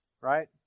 right